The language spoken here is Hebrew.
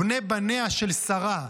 בני בניה של שרה,